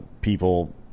people